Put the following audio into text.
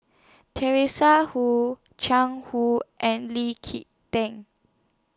Teresa Hu Jiang Hu and Lee Kee Tan